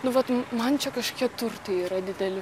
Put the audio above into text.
nu vat man čia kažkokie turtai yra dideli